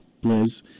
Blizz